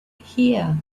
here